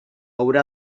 haurà